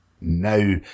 now